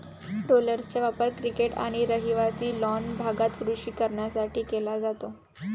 रोलर्सचा वापर क्रिकेट आणि रहिवासी लॉन भागात कृषी कारणांसाठी केला जातो